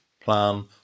plan